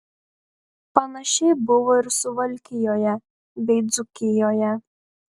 panašiai buvo ir suvalkijoje bei dzūkijoje